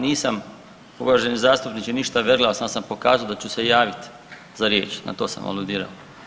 Nisam uvaženi zastupniče ništa verglao samo sam pokazao da ću se javiti za riječ, na to sam aludirao.